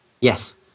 yes